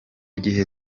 gihe